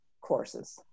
courses